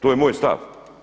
To je moj stav.